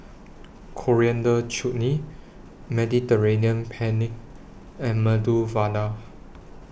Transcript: Coriander Chutney Mediterranean Penne and Medu Vada